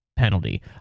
penalty